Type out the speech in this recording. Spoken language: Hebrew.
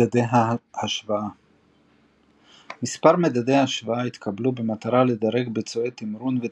מדדי השוואה מספר מדדי השוואה התקבלו במטרה לדרג ביצועי תמרון ותפעול,